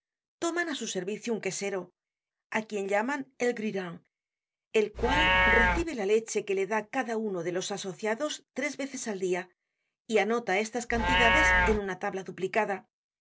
toman á su servicio un quesero á quien llaman el grurin el cual recibe la leche que le dá cada uno de los aso ciados tres veces al dia y anota estas cantidades en una tabla